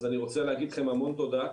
אז אני רוצה להגיד לכם המון תודה.